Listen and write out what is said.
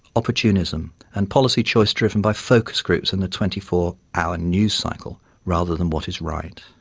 opportunism, and policy choice driven by focus groups and the twenty four hour news cycle rather than what is right.